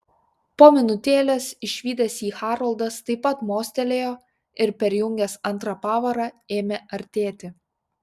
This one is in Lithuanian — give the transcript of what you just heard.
po minutėlės išvydęs jį haroldas taip pat mostelėjo ir perjungęs antrą pavarą ėmė artėti